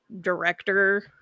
director